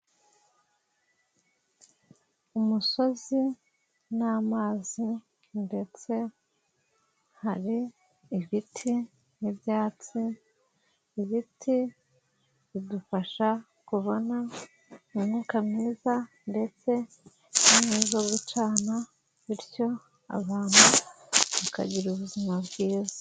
Umusozi n'amazi ndetse hari ibiti n'ibyatsi, ibiti bidufasha kubona umwuka mwiza ndetse n'inkwi zo gucana, bityo abantu bakagira ubuzima bwiza.